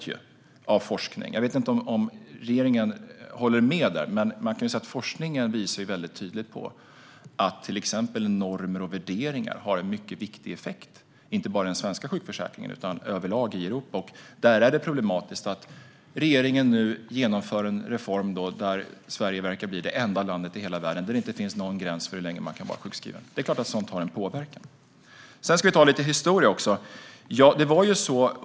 Jag vet inte om regeringen håller med, men forskningen visar tydligt att till exempel normer och värderingar har en mycket viktig effekt, inte bara i den svenska sjukförsäkringen utan i Europa överlag. Därför är det problematiskt att regeringen nu genomför en reform där Sverige verkar bli det enda landet i världen där inte finns någon gräns för hur länge man kan vara sjukskriven. Det är klart att sådant påverkar. Vi ska ta lite historia också.